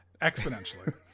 Exponentially